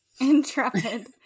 Intrepid